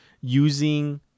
using